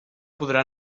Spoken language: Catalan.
podrà